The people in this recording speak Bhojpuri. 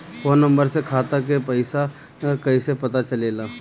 फोन नंबर से खाता के पइसा कईसे पता चलेला?